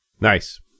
Nice